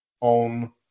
on